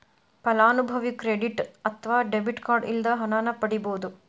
ಫಲಾನುಭವಿ ಕ್ರೆಡಿಟ್ ಅತ್ವ debit card ಇಲ್ಲದ ಹಣನ ಪಡಿಬೋದ್